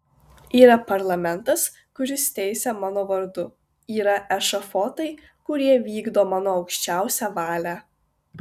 yra parlamentas kuris teisia mano vardu yra ešafotai kurie vykdo mano aukščiausią valią